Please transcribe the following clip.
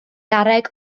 garreg